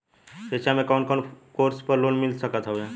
शिक्षा मे कवन कवन कोर्स पर लोन मिल सकत हउवे?